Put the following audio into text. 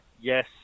yes